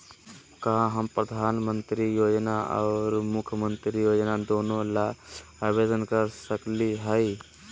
का हम प्रधानमंत्री योजना और मुख्यमंत्री योजना दोनों ला आवेदन कर सकली हई?